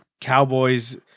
Cowboys